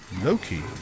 Loki